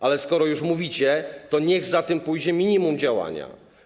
Ale skoro już mówicie, to niech za tym pójdzie minimum działania.